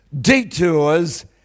detours